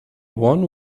one